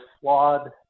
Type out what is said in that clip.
flawed